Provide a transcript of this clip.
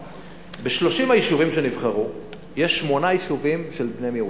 ב-30 היישובים שנבחרו יש שמונה יישובים של בני מיעוטים,